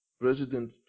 President